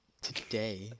today